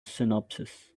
synopsis